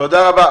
תודה רבה.